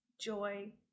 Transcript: joy